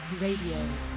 Radio